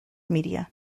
media